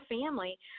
family